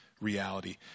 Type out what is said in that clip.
reality